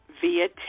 via